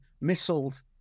missiles